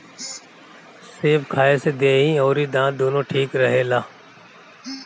सेब खाए से देहि अउरी दांत दूनो ठीक रहेला